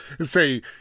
say